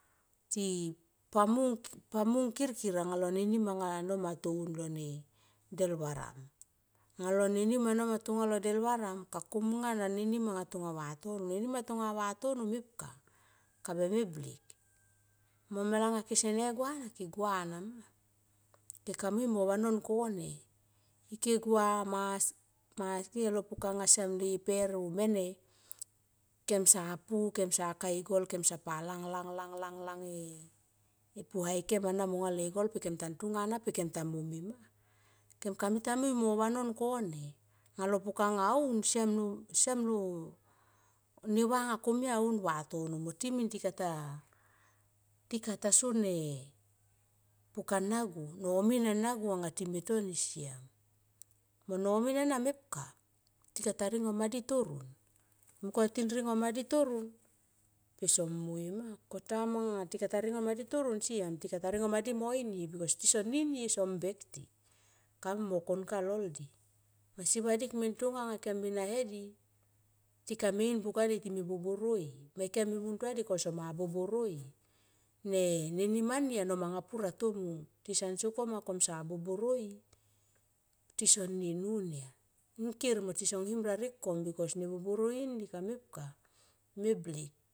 Ti pamung kinkin anga lo ne nim anga lo mato un lone de varam, anga lo nenim ano matong lo del varam ka kom nga ne nim ang tonga vatano. Ne nim anga tonga vatono mepka kabe meblik mo malanga kese gua na ke gua nama ke ka mui mo vanon kone ike gua maske alo pukanga siam le per oh mene kem sa pu kem sa ka e gol kem lang, lang e puhai kem ta moni ma kema kata mui mo vanon kone anga lo pukanga aun siam lo ne va nga komia aun vatono moti min tikata, tikata sone pukana go nomin ana go aga time toni siam, reo no min ara mepka tikata ringo madi taron munko ti ringo madi taron pe so mui ma, ko time anga ringo madi taro siam ti kata ringomadi mo inie bikos tison ninie son bek ti kamui mo kon ka lol di masi vadik nien tonga nga kem me nahw di tika me in buka ni time boboroi moikem muntua di kam sama boboroi, ne nimani ano manga pur atomung tison sokom anga kom sa boboroi tisonin nun ya ngker mo tison him rarek kom bikos ne boboroi ni kamep ka me blik.